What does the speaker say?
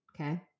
Okay